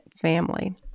family